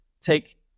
take